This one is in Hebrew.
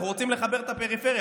אנחנו רוצים לחבר את הפריפריה.